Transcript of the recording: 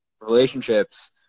relationships